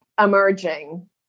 emerging